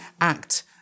act